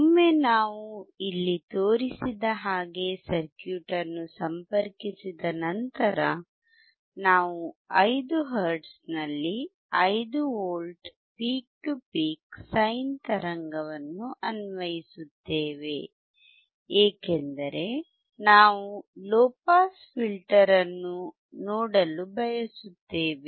ಒಮ್ಮೆ ನಾವು ಇಲ್ಲಿ ತೋರಿಸಿದ ಹಾಗೆ ಸರ್ಕ್ಯೂಟ್ ಅನ್ನು ಸಂಪರ್ಕಿಸಿದ ನಂತರ ನಾವು 5 ಹರ್ಟ್ಜ್ನಲ್ಲಿ 5V peak to peak sine ತರಂಗವನ್ನು ಅನ್ವಯಿಸುತ್ತೇವೆ ಏಕೆಂದರೆ ನಾವು ಲೊ ಪಾಸ್ ಫಿಲ್ಟರ್ ಅನ್ನು ನೋಡಲು ಬಯಸುತ್ತೇವೆ